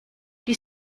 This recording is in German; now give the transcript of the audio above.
die